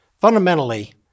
Fundamentally